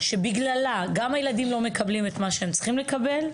שבגללה גם הילדים לא מקבלים את מה שהם צריכים לקבל.